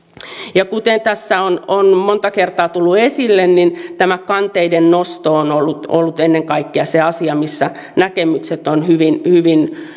kuten tässä on on monta kertaa tullut esille tämä kanteiden nosto on ollut ollut ennen kaikkea se asia missä näkemykset ovat hyvin